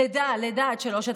לידה, לידה עד שלוש.